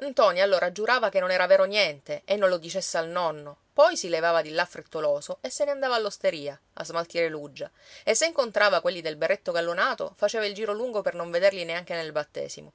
ntoni allora giurava che non era vero niente e non lo dicesse al nonno poi si levava di là frettoloso e se ne andava all'osteria a smaltire l'uggia e se incontrava quelli del berretto gallonato faceva il giro lungo per non vederli neanche nel battesimo